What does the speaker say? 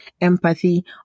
empathy